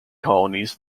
colonies